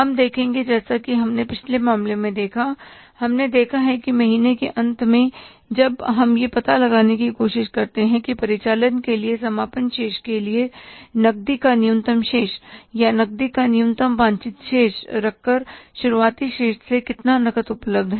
हम देखेंगे जैसा कि हमने पिछले मामले में देखा हमने देखा है कि महीने के अंत में जब हम यह पता लगाने की कोशिश करते हैं कि परिचालन के लिए समापन शेष के लिए नकदी का न्यूनतम शेष या नकदी का न्यूनतम वांछित शेष रखकर शुरुआती शेष से कितना नकद उपलब्ध है